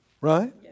Right